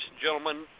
gentlemen